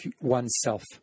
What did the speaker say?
oneself